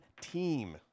team